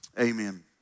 amen